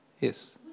Yes